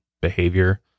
behavior